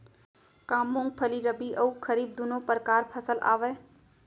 का मूंगफली रबि अऊ खरीफ दूनो परकार फसल आवय?